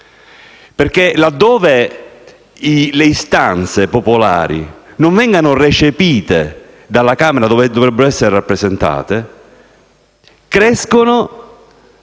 no. Laddove le istanze popolari non vengano recepite dalle Camere, dove dovrebbero essere rappresentate, esse crescono